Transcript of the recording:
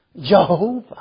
Jehovah